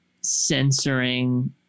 censoring